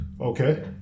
Okay